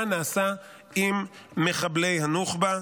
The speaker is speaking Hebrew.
מה נעשה עם מחבלי הנוח'בה.